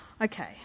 Okay